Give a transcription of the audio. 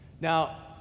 Now